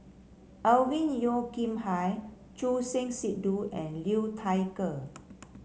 Alvin Yeo Khirn Hai Choor Singh Sidhu and Liu Thai Ker